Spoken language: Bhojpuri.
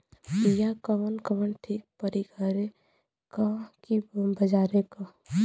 बिया कवन ठीक परी घरे क की बजारे क?